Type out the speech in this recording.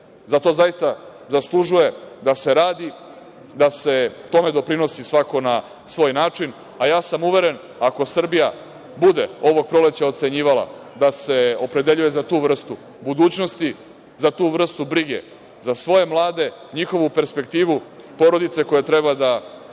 i to zaista zaslužuje da se radi, da tome doprinosi svako na svoj način. Ja sam uveren ako Srbija bude ovog proleća ocenjivala da se opredeljuje za tu vrstu budućnosti, za tu vrstu brige, za svoje mlade, njihovu perspektivu, porodice koje treba da